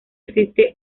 existe